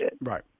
Right